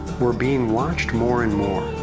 we're being watched more and more.